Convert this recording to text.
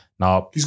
Now